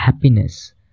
Happiness